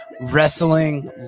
wrestling